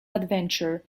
adventure